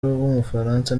w’umufaransa